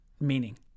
meaning